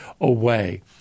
away